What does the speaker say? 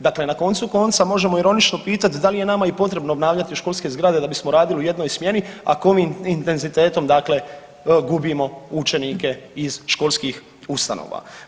Dakle, na koncu konca možemo ironično pitat da li je nama i potrebno obnavljati školske zgrade da bismo radili u jednoj smjeni ako ovim intenzitetom gubimo učenike iz školskih ustanova.